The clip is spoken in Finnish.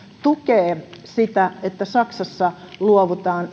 tukee sitä että saksassa luovutaan